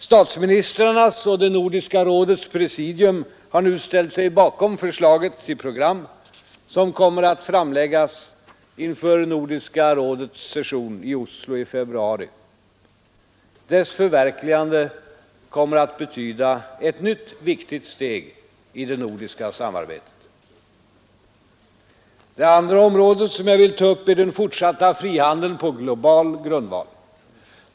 Statsministrarnas och Nordiska rådets presidium har nu ställt sig bakom förslaget till program, som kommer att föreläggas Nordiska rådets session i Oslo i februari. Dess förverkligande kommer att betyda ett nytt viktigt steg i det nordiska samarbetet. Det andra området som jag vill ta upp är den fortsatta frihandeln på global grundval.